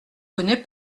connais